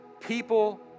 people